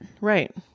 Right